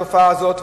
התופעה הזאת,